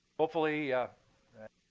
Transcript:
hopefully that,